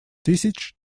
тысяч